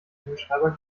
kugelschreiber